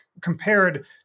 compared